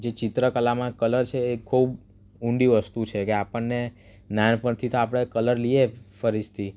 જે ચિત્રકલામાં કલર છે એ ખૂબ ઊંડી વસ્તુ છે કે આપણને નાનપણથી તો આપણે કલર લઈએ ફરિસથી